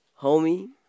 homie